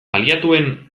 aliatuen